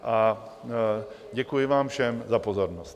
A děkuji vám všem za pozornost.